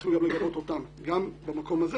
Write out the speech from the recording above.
צריכים גם לגבות אותם גם במקום הזה,